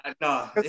no